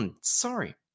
Sorry